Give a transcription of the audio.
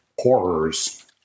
horrors